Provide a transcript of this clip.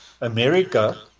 America